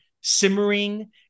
simmering